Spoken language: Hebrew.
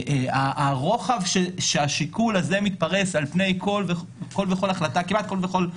נגע בזה הרוחב שהשיקול הזה מתפרס על פני כל החלטה של